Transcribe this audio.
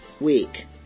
week